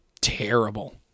Terrible